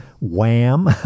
wham